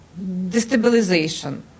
destabilization